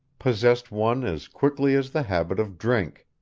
possesses one as quickly as the habit of drink